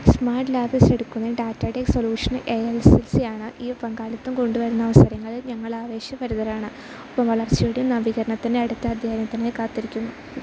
smart labs ഏറ്റെടുക്കുന്നത് datatech solution A L C C ആണ് ഈ പങ്കാളിത്തം കൊണ്ടുവരുന്ന അവസരങ്ങളിൽ ഞങ്ങൾ ആവേശഭരിതരാണ് ഒപ്പം വളർച്ചയുടെ നവീകരണത്തിൻ്റെ അടുത്ത അധ്യായനത്തിനായി കാത്തിരിക്കുന്നു